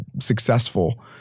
successful